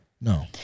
No